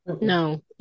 No